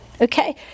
Okay